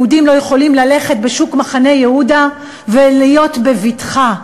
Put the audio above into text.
יהודים לא יכולים ללכת בשוק מחנה-יהודה ולהיות בבטחה.